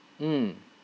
mm